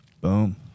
Boom